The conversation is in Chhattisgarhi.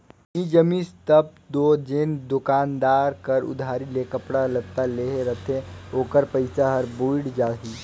नी जमिस तब दो जेन दोकानदार हर उधारी में कपड़ा लत्ता देहे रहथे ओकर पइसा हर बुइड़ जाही